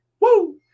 Woo